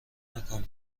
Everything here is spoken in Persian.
نکن